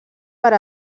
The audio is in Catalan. per